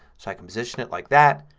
so i can position it like that.